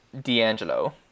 D'Angelo